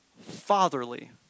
fatherly